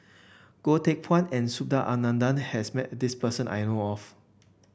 Goh Teck Phuan and Subhas Anandan has met this person I know of